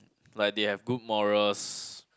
like they have good morals